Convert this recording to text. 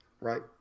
right